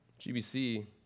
GBC